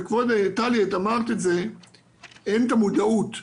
טלי, אמרת שאין מודעות.